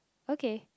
okay